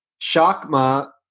Shakma